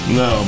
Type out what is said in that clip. no